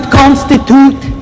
constitute